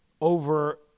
over